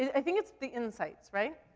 i think it's the insights, right?